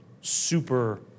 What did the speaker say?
super